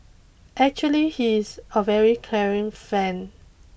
actually he is a very caring friend